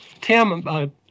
Tim